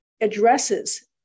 addresses